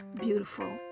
beautiful